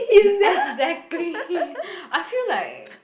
exactly I feel like